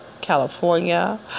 California